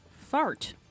Fart